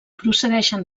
procedeixen